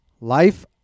Life